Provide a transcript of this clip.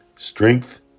Strength